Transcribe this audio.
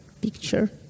picture